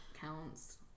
counts